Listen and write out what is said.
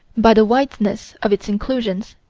by the wideness of its inclusions,